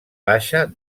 baixa